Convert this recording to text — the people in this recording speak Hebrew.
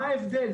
מה ההבדל?